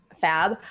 fab